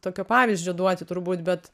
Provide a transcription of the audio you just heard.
tokio pavyzdžio duoti turbūt bet